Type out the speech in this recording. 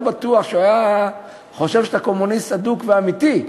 לא בטוח שהוא היה חושב שאתה קומוניסט אדוק ואמיתי,